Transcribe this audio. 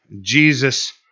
Jesus